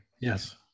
Yes